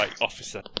officer